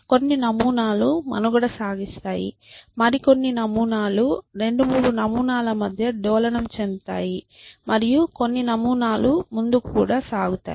కొన్ని నమూనాలు మనుగడ సాగిస్తాయి మరి కొన్ని నమూనాలు 2 3 నమూనాల మధ్య డోలనం చెందుతాయి మరియు కొన్ని నమూనాలు ముందుకు కూడా సాగుతాయి